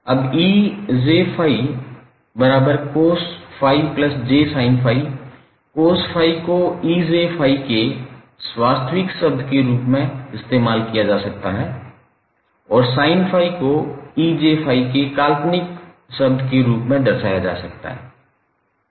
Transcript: अब 𝑒𝑗∅cos∅𝑗sin∅ cos∅ को 𝑒𝑗∅ के वास्तविक शब्द के रूप में दर्शाया जा सकता है और sin∅ को 𝑒𝑗∅ के काल्पनिक शब्द के रूप में दर्शाया जा सकता है